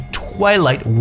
twilight